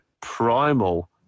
primal